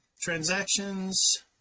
transactions